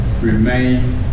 remain